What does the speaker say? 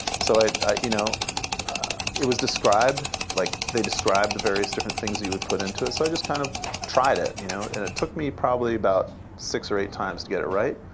so it you know it was described, like they described the various different things you would put into it, so i just kind of tried it. you know and it took me probably about six or eight times to get it right.